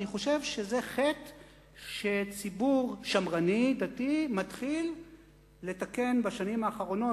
אני חושב שזה חטא שציבור שמרני-דתי מתחיל לתקן בשנים האחרונות,